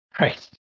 Right